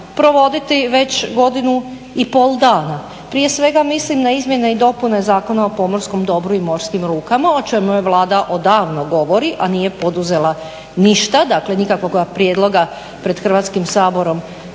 provoditi već godinu i pol dana. Prije svega mislim na izmjene i dopune Zakona o pomorskom dobru i morskim lukama o čemu Vlada odavno govori, a nije poduzela ništa. Dakle, nikakvoga prijedloga pred Hrvatskim saborom